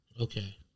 Okay